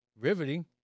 riveting